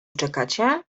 czekacie